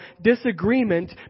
disagreement